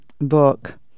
book